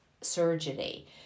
surgery